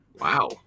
Wow